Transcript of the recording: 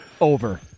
Over